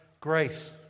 grace